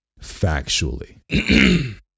Factually